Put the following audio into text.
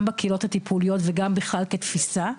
גם בקהילות הטיפוליות וגם בכלל כתפיסה,